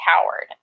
coward